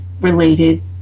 related